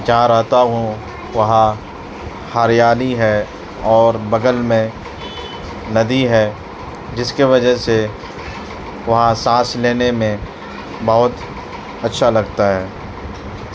جہاں رہتا ہوں وہاں ہریالی ہے اور بغل میں ندی ہے جس کے وجہ سے وہاں سانس لینے میں بہت اچھا لگتا ہے